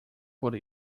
por